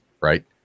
right